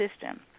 system